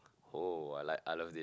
oh I like I love this